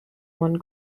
one